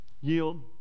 Yield